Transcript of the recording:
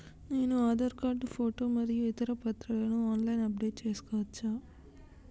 నేను Aadhaar card photo మరియు ఇతర పత్రాలను ఆన్ లైన్ అప్ డెట్ చేసుకోవచ్చా?